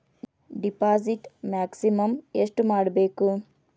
Deposit maximum ಎಷ್ಟು ಮಾಡಬೇಕು?